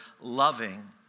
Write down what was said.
loving